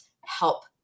help